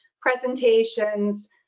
presentations